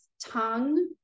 tongue